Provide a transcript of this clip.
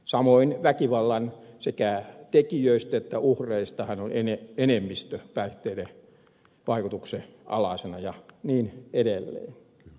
samoin sekä väkivallan tekijöistä että uhreista on enemmistö päihteiden vaikutuksen alaisena ja niin edelleen